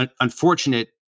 unfortunate